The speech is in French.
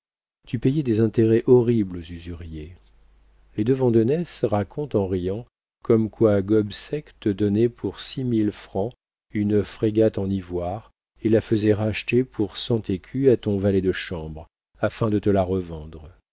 tu payais des intérêts horribles aux usuriers les deux vandenesse racontent en riant comme quoi gobseck te donnait pour six mille francs une frégate en ivoire et la faisait racheter pour cent écus à ton valet de chambre afin de te la revendre